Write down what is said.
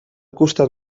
costat